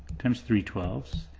times three twelve s,